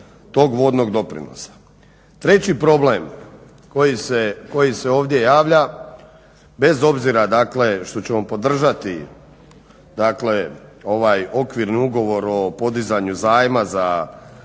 Treći problem koji se ovdje javlja bez obzira, dakle što ćemo podržati, dakle ovaj Okvirni ugovor o podizanju zajma za